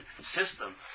system